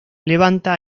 levanta